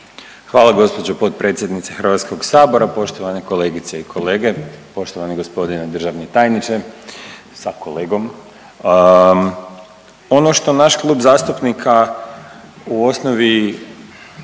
Hvala gđo. potpredsjednice HS, poštovane kolegice i kolege, poštovani g. državni tajniče sa kolegom. Ono što naš klub zastupnika u osnovi,